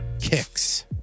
Kicks